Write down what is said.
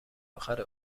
اخر